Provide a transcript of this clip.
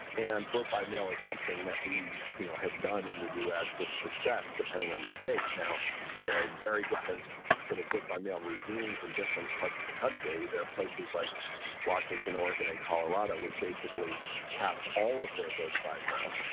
and vote by mail is something that we you know have done in the us with success depending on the state. now there are very different sort of vote by mail regimes in different parts of the country. there are places like washington, oregon and colorado which basically cast all of their votes by mail.